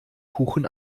kuchen